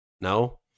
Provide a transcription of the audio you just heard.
no